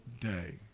day